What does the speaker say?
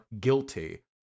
guilty